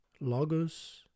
logos